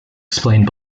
explained